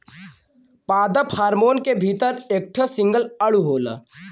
पादप हार्मोन के भीतर एक ठे सिंगल अणु होला